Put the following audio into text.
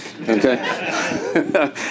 okay